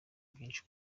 byinshi